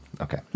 Okay